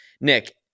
Nick